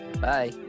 Bye